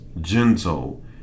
gentle